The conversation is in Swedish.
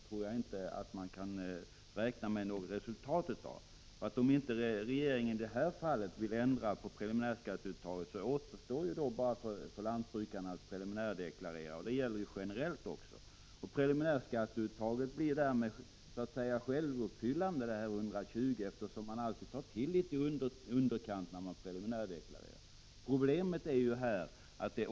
Sedan år 1981 har riksdagen anvisat ca 5 milj.kr. årligen av budgetmedel som bidrag till fiskevård. Någon minskning av de samlade fiskevårdsbidragen har inte skett i anslutning till riksdagsbeslutet om det fria handredskapsfisket i våras.